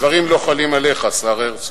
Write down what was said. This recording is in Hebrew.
הדברים לא חלים עליך, השר הרצוג.